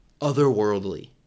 otherworldly